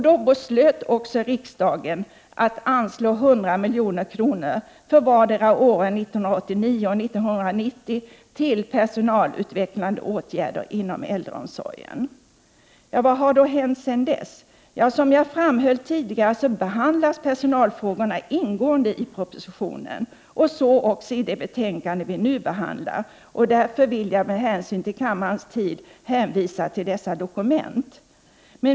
Då beslöt också riksdagen att anslå 100 milj.kr. för vardera åren 11989 och 1990 till personalutvecklande åtgärder inom äldreomsorgen. Vad har då hänt sedan dess? Som jag framhöll tidigare behandlas personalfrågor Ina ingående i propositionen, så också i det betänkande vi nu behandlar. Jag vill därför, med hänsyn till kammarens tid, hänvisa till dessa dokument.